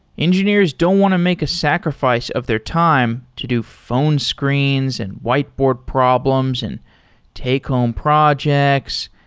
engineers don't want to make a sacrifice of their time to do phone screens, and whiteboard problems, and take-home projects.